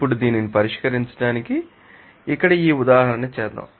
ఇప్పుడు దీనిని పరిష్కరించడానికి ఇక్కడ ఈ ఉదాహరణ చేద్దాం